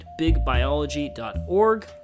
bigbiology.org